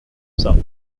south